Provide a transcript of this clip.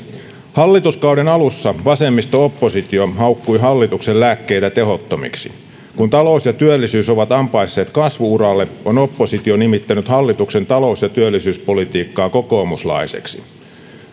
hallituskauden alussa vasemmisto oppositio haukkui hallituksen lääkkeitä tehottomiksi kun talous ja työllisyys ovat ampaisseet kasvu uralle on oppositio nimittänyt hallituksen talous ja työllisyyspolitiikkaa kokoomuslaiseksi